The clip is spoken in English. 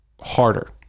harder